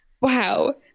wow